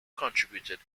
contributed